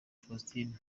faustin